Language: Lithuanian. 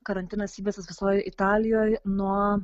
karantinas įvestas visoj italijoj nuo